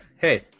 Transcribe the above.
hey